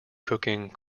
cooking